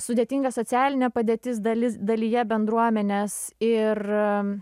sudėtinga socialinė padėtis dalis dalyje bendruomenės ir